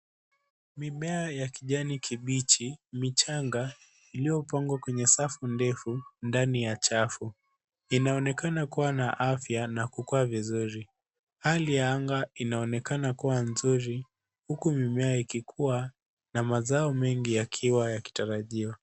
Mimea ya kijani kibichi, michanga , iliyopangwa kwenye safu ndefu ndani ya chafu. Inaonekana kuwa na afya na kukua vizuri. Hali ya anga inaonekana kuwa nzuri, huku mimea ikikua na mazao mengi yakiwa yakitarajiwa.